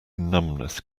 numbness